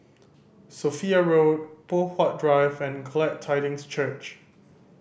Sophia Road Poh Huat Drive and Glad Tidings Church